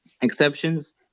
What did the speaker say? exceptions